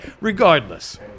Regardless